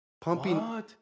Pumping